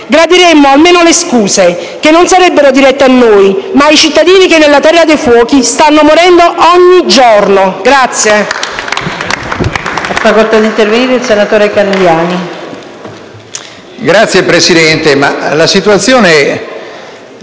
gradiremmo almeno le scuse, che non sarebbero dirette a noi, ma ai cittadini che nella terra dei fuochi stanno morendo ogni giorno.